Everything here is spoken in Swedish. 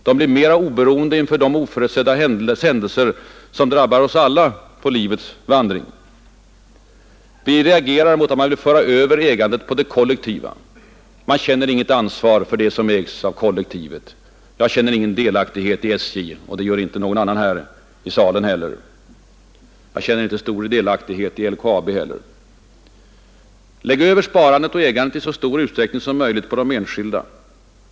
De blir mera oberoende inför de oförutsedda händelser som kan drabba oss alla på livets vandring. Vi reagerar mot att man vill föra över ägandet på det kollektiva. Man känner inget ansvar för det som ägs av kollektivet. Jag känner ingen personlig delaktighet i SJ, och det gör inte heller någon annan i denna sal. Jag känner inte heller stor delaktighet i LKAB. Lägg över sparandet och ägandet i så stor utsträckning som möjligt på enskilda!